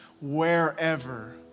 wherever